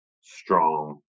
strong